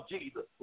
Jesus